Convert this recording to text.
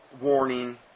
warning